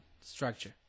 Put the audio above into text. structure